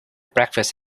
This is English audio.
breakfast